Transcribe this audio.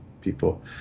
people